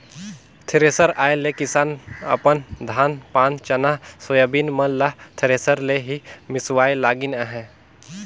thresher आए ले किसान अपन धान पान चना, सोयाबीन मन ल थरेसर ले ही मिसवाए लगिन अहे